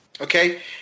okay